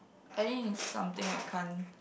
I think it's something I can't